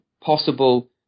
possible